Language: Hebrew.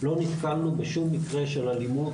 לא נתקלנו בשום מקרה של אלימות.